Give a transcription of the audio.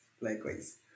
likewise